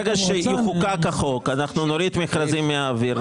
ברגע שיחוקק החוק אנחנו נוריד מכרזים מהאוויר,